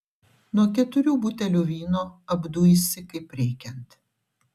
nuo keturių butelių vyno apduisi kaip reikiant